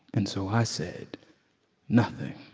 and so i said nothing